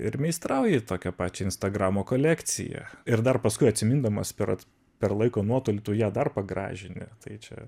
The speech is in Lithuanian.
ir meistrauji tokią pačią instagramo kolekciją ir dar paskui atsimindamas kad per laiko nuotolį tu ją dar pagražini tai čia